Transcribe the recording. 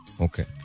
okay